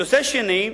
נושא שני,